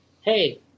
Hey